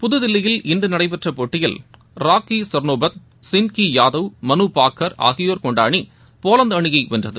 புதுகில்லியில் இன்று நடைபெற்ற போட்டியில் ராகி சர்னோபத் சின்கி யாதவ் மனு பாகர் ஆகியோர் கொண்ட அணி போலந்த் அணியை வென்றது